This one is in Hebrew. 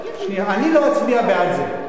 אני לא אצביע בעד זה.